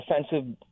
Offensive